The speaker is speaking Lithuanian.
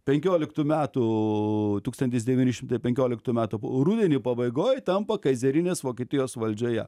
penkioliktų metų tūkstantis devyni šimtai penkioliktų metų rudenį pabaigoj tampa kaizerinės vokietijos valdžioje